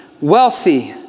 wealthy